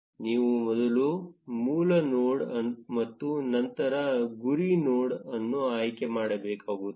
ನೀವು ಮೊದಲು ಮೂಲ ನೋಡ್ ಮತ್ತು ನಂತರ ಗುರಿ ನೋಡ್ ಅನ್ನು ಆಯ್ಕೆ ಮಾಡಬೇಕಾಗುತ್ತದೆ